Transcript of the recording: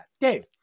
Dave